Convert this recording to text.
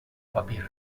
papir